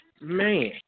Man